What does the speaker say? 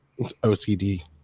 OCD